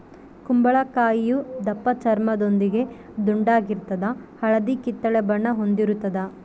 ಕುಂಬಳಕಾಯಿಯು ದಪ್ಪಚರ್ಮದೊಂದಿಗೆ ದುಂಡಾಗಿರ್ತದ ಹಳದಿ ಕಿತ್ತಳೆ ಬಣ್ಣ ಹೊಂದಿರುತದ